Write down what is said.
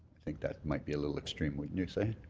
i think that might be a little extreme, wouldn't you say?